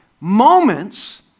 Moments